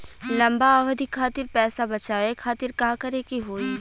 लंबा अवधि खातिर पैसा बचावे खातिर का करे के होयी?